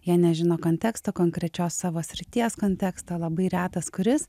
jie nežino konteksto konkrečios savo srities kontekstą labai retas kuris